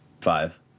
five